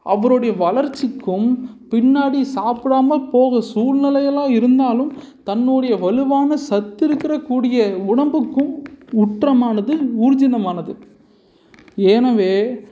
அவருடைய வளர்ச்சிக்கும் பின்னாடி சாப்பிடாம போக சூழ்நிலையெல்லாம் இருந்தாலும் தன்னுடைய வலுவான சத்து இருக்கிற கூடிய உடம்புக்கும் உற்றமானது ஊர்ஜிதமானது எனவே